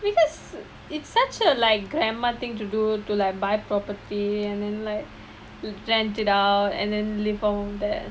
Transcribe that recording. because it's such a like grandma thing to do to like by property and then like rent it out and then live off of that